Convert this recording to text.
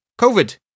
COVID